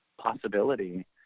possibility